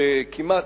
שכמעט,